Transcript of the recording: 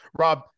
Rob